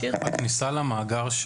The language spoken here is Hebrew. הכניסה למאגר,